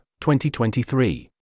2023